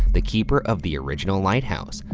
the keeper of the original lighthouse,